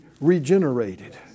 regenerated